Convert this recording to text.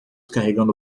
carregando